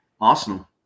arsenal